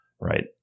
right